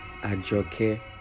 Ajoke